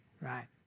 right